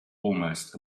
almost